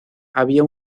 había